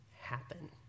happen